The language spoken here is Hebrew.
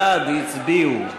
בעד הצביעו 40,